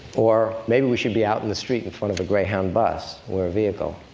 or maybe we should be out in the street in front of a greyhound bus or a vehicle.